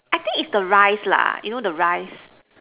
I think it is the rice lah you know the rice